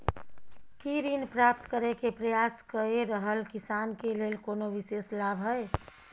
की ऋण प्राप्त करय के प्रयास कए रहल किसान के लेल कोनो विशेष लाभ हय?